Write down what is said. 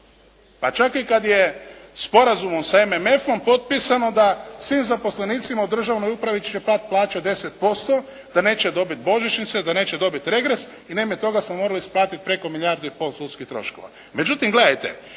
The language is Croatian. Pa čak i kad je sporazumom sa MMF-om potpisano da svim zaposlenicima u državnoj upravi će pasti plaća 10%, da neće dobiti božićnice, da neće dobiti regres i na ime toga smo morali isplatiti preko milijardu i pol sudskih troškova.